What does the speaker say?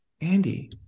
Andy